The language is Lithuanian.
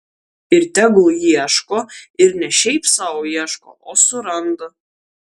ir tegul ieško ir ne šiaip sau ieško o suranda